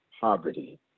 poverty